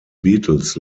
beatles